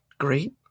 great